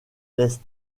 l’est